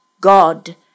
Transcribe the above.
God